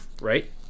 right